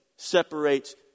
Separates